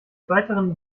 weiteren